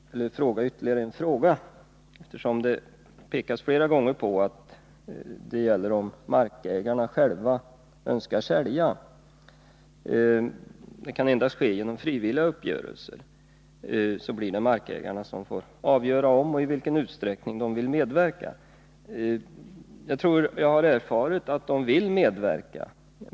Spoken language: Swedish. I svaret påpekas flera gånger att frågan gäller om markägarna själva önskar sälja. Förvärv av mark kan endast ske genom frivilliga uppgörelser, så det blir markägarna som får avgöra om och i vilken utsträckning de vill medverka. Jag har erfarit att de vill medverka.